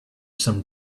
some